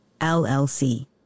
LLC